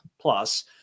Plus